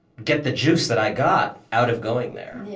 get the juice that i got out of going there? yeah